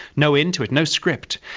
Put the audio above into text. no in to it, no script.